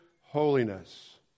holiness